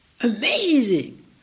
Amazing